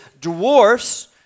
dwarfs